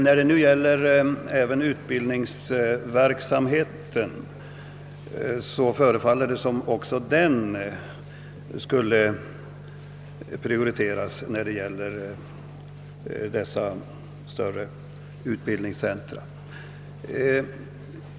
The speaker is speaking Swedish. När det nu gäller även utbildningsverksamheten förefaller det som om också den skulle prioriteras när det gäller dessa större utbildningscentra.